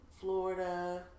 Florida